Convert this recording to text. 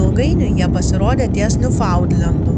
ilgainiui jie pasirodė ties niufaundlendu